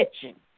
kitchen